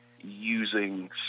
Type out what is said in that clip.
using